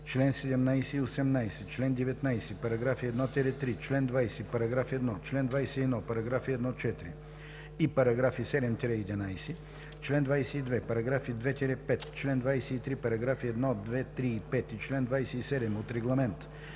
чл. 17 и 18, чл. 19, параграфи 1 – 3, чл. 20, параграф 1, чл. 21, параграфи 1 – 4 и параграфи 7 – 11, чл. 22, параграфи 2 – 5, чл. 23, параграфи 1, 2, 3 и 5 и чл. 27 от Регламент